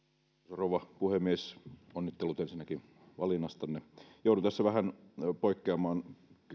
rouva puhemies onnittelut ensinnäkin valinnastanne joudun tässä vähän poikkeamaan